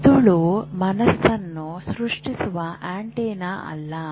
ಮೆದುಳು ಮನಸ್ಸನ್ನು ಸೃಷ್ಟಿಸುವ ಆಂಟೆನಾ ಅಲ್ಲ